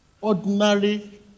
ordinary